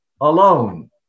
alone